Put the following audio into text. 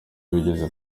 wigeze